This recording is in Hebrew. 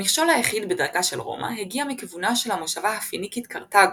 המכשול היחיד בדרכה של רומא הגיע מכיוונה של המושבה הפיניקית קרתגו,